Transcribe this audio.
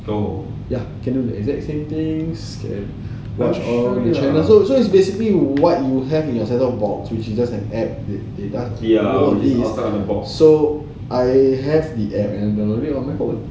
ya can do the exact same thing so it's basically what you have in your general box which is just an app the data key so I have the app and memory of my phone